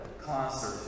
concert